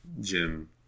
gym